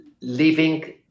living